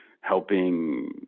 helping